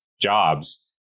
jobs